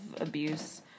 abuse